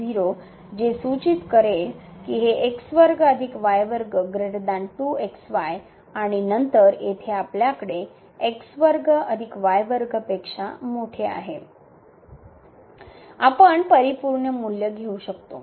जे सूचित करेल की हे आणि नंतर येथे आपल्याकडे पेक्षा मोठे आहे आपण परिपूर्ण मूल्य घेऊ शकतो